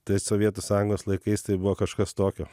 tais sovietų sąjungos laikais tai buvo kažkas tokio